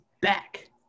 back